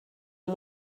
amb